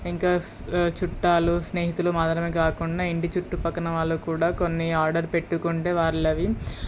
ఇంకా చుట్టాలు స్నేహితులు మాత్రమే కాకుండా ఇంటి చుట్టుపక్కన వాళ్ళు కూడా కొన్ని ఆర్డర్ పెట్టుకుంటే వాళ్ళవి